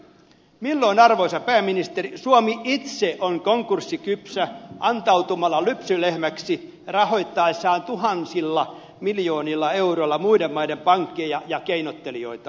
milloin arvoisa pääministeri suomi itse on konkurssikypsä antautumalla lypsylehmäksi rahoittaessaan tuhansilla miljoonilla euroilla muiden maiden pankkeja ja keinottelijoita